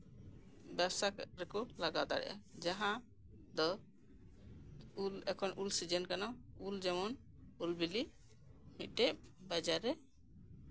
ᱵᱮᱵᱥᱟ ᱨᱮᱠᱚ ᱞᱟᱜᱟᱣ ᱫᱟᱲᱮᱭᱟᱜᱼᱟ ᱡᱟᱸᱦᱟ ᱫᱚ ᱩᱞ ᱩᱞ ᱥᱤᱡᱮᱱ ᱠᱟᱱᱟ ᱩᱞ ᱡᱮᱢᱚᱱ ᱩᱞ ᱵᱤᱞᱤ ᱢᱤᱫᱴᱮᱡ ᱵᱟᱡᱟᱨ ᱨᱮ